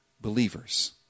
believers